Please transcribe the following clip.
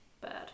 bad